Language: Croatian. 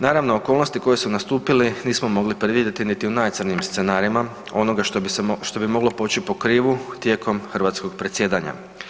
Naravno, okolnosti koje su nastupile, nismo mogli predvidjeti niti u najcrnijim scenarijima onoga što bi mogli poći po krivu tijekom hrvatskog predsjedanja.